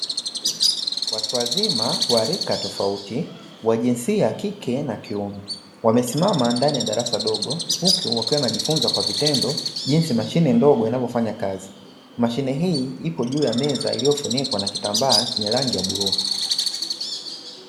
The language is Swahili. Watu wazima wa rika tofauti wa jinsia ya kike na kiume, wamesimama ndani ya darasa dogo, huku wakiwa wanajifunza kwa vitendo jinsi mashine ndogo inavyofanya kazi. Mashine hii ipo juu ya meza iliyofunikwa na kitambaa chenye rangi ya bluu.